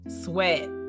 sweat